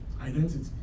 Identity